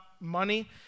money